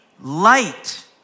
light